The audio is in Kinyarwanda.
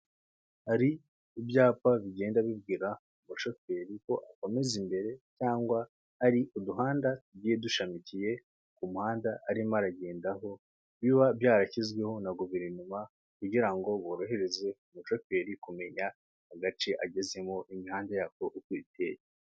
Hari ibyapa bigenda bibwira umshoferi ko akomeza imbere cyangwa hari uduhanda tugiye dushamikiye ku muhanda arimo aragendaho, biba byarashyizweho na guverinoma kugira ngo borohereze umushoferi kumenya agace agezemo, imihanda yako uko iteye.